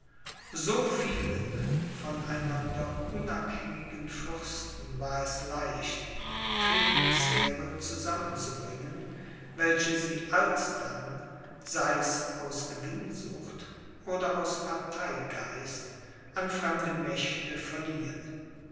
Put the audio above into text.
so vielen von einander unabhängigen fürsten war es leicht kriegsheere zusammenzubringen welche sie alsdann sei's aus gewinnsucht oder aus parteigeist an fremde mächte verliehen